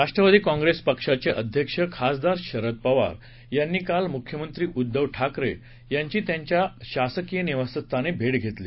राष्ट्रवादी काँग्रेस पक्षाचे अध्यक्ष खासदार शरद पवार यांनी काल मुख्यमंत्री उद्घव ठाकरे यांची त्यांच्या शासकीय निवासस्थानी भेट घेतली